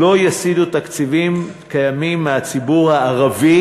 "לא יסיטו תקציבים קיימים מהציבור הערבי